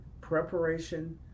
preparation